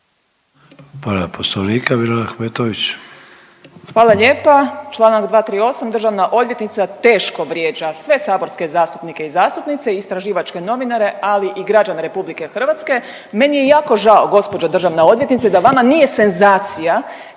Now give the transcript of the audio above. **Ahmetović, Mirela (SDP)** Hvala lijepa. Članak 238. državna odvjetnica teško vrijeđa sve saborske zastupnike i zastupnice i istraživačke novinare, ali i građane Republike Hrvatske. Meni je jako žao gospođo državna odvjetnice da vama nije senzacija